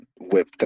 web